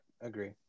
Agree